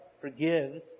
forgives